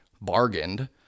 bargained